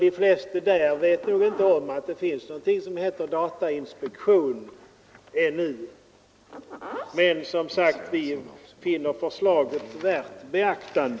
De flesta vet nog ännu inte om att det finns någonting som heter datainspektionen. Och som sagt: Vi finner vårt förslag värt beaktande.